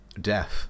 Death